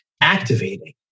activating